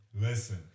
Listen